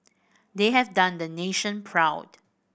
they have done the nation proud